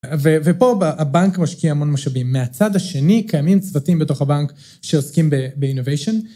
ופה הבנק משקיע המון משאבים. מהצד השני קיימים צוותים בתוך הבנק שעוסקים באינוביישן.